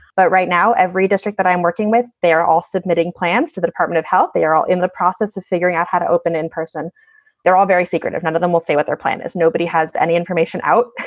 but right now, every district that i'm working with, they are all submitting plans to the department of health. they are all in the process of figuring out how to open in-person they're all very secretive. none of them will say what their plan is. nobody has any information out.